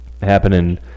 happening